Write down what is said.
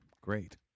great